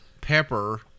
pepper